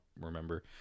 remember